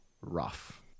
rough